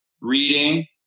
reading